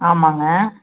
ஆமாங்க